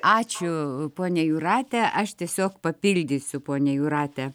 ačiū ponia jūrate aš tiesiog papildysiu ponią jūratę